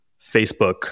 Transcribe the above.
Facebook